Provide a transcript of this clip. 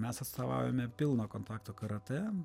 mes atstovaujame pilno kontakto karatė